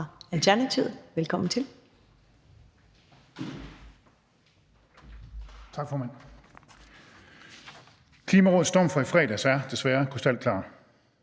Alternativet. Velkommen til.